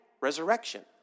Resurrection